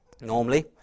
normally